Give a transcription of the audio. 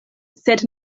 sed